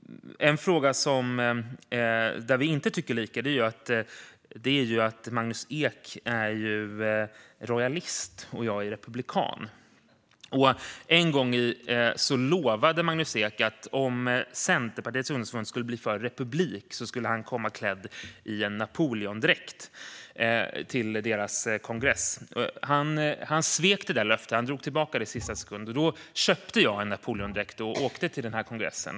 En fråga där vi inte tycker lika handlar om att Magnus Ek är rojalist och jag är republikan. En gång lovade Magnus Ek att om Centerpartiets ungdomsförbund skulle bli för republik skulle han komma klädd i en Napoleondräkt till deras kongress. Han svek detta löfte och drog tillbaka till det i sista sekund. Då köpte jag en Napoleondräkt och åkte till den där kongressen.